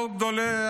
כל גדולי